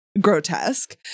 grotesque